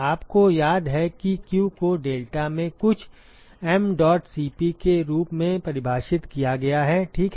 आपको याद है कि q को डेल्टा में कुछ mdot Cp के रूप में परिभाषित किया गया है ठीक है